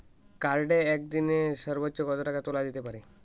কার্ডে একদিনে সর্বোচ্চ কত টাকা তোলা যেতে পারে?